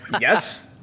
yes